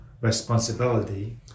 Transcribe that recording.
responsibility